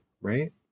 right